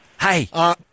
Hey